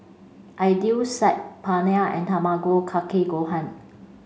Idili Saag Paneer and Tamago Kake Gohan